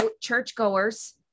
churchgoers